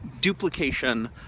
duplication